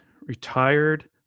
retired